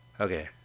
Okay